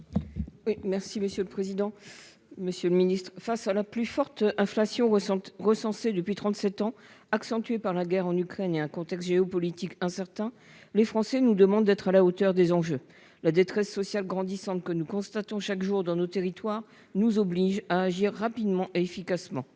parole est à Mme Corinne Féret. Face à la plus forte inflation recensée depuis trente-sept ans, accentuée par la guerre en Ukraine et un contexte géopolitique incertain, les Français nous demandent d'être à la hauteur des enjeux. La détresse sociale grandissante que nous constatons chaque jour dans nos territoires nous oblige à agir rapidement et efficacement.